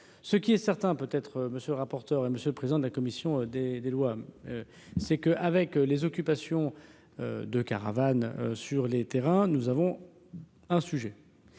ce qui est certain, peut être, monsieur le rapporteur, et monsieur le président de la commission des des lois, c'est que, avec les occupations de caravanes sur les terrains, nous avons un sujet,